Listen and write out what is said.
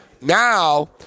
Now